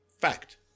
Fact